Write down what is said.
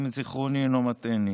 אם זיכרוני אינו מטעני.